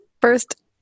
first